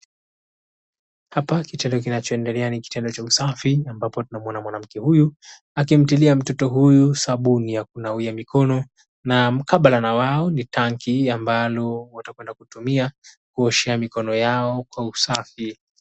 Hapa kitendo kinachoendelea ni kitendo cha usafi ambapo tunamwona mwanamke huyu akimtilia mtoto huyu sabuni ya kunawia mkono na mkabala na wao ni tangi ambalo watu wanapenda kutumia kuoshea mikono yao kwa usafi.